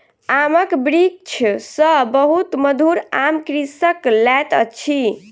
आमक वृक्ष सॅ बहुत मधुर आम कृषक लैत अछि